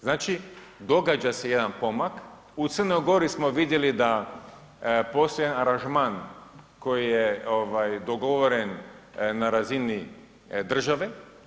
Znači, događa se jedan pomak, u Crnoj Gori smo vidjeli da postoji jedan aranžman koji je ovaj dogovoren na razini države.